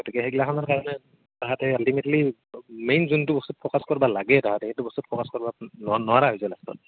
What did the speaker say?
গতিকে সেইগিলাখানৰ কাৰণে তাহাঁতি আলটিমেটলি মেইন যোনটো বস্তুত ফ'কাচ কৰিব লাগে তাহাঁতে সেইটো বস্তুত ফ'কাচ কৰবা নো নোৱাৰা হৈ গ'ল লাষ্টত